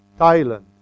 Thailand